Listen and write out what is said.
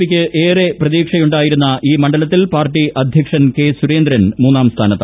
പിക്ക് ഏറെ പ്രതീക്ഷയുണ്ടായിരുന്ന ഈ മണ്ഡലത്തിൽ പാർട്ടി അധ്യക്ഷൻ കെ സുരേന്ദ്രൻ മൂന്നാം സ്ഥാനത്താണ്